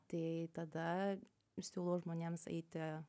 tai tada siūlau žmonėms eiti